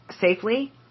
safely